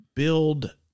Build